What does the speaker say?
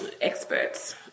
experts